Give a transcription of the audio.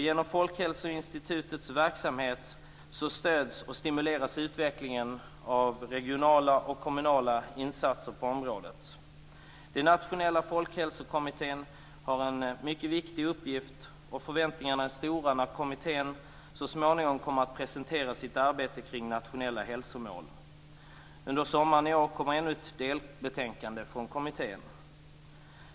Genom Folkhälsoinstitutets verksamhet stöds och stimuleras utvecklingen av regionala och kommunala insatser på området. Den nationella folkhälsokommittén har en mycket viktig uppgift, och förväntningarna är stora när kommittén så småningom kommer att presentera sitt arbete kring nationella hälsomål. Under sommaren i år kommer ännu ett delbetänkande från kommittén.